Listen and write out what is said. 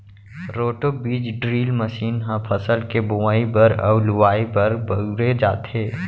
roto बीज drill machine ह फसल के बोवई बर अउ लुवाई बर बउरे जाथे